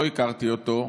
לא הכרתי אותו,